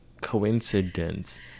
coincidence